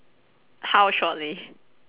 how shortly